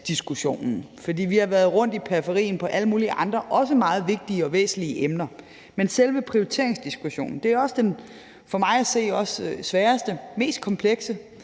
prioriteringsdiskussionen, for vi har været rundt i periferien af alle mulige andre også meget vigtige og væsentlige emner. Men selve prioriteringsdiskussionen er for mig at se også den sværeste og mest komplekse,